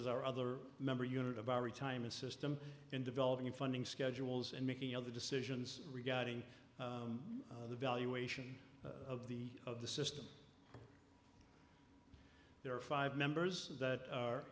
is our other member unit of our retirement system in developing funding schedules and making other decisions regarding the valuation of the of the system there are five members that are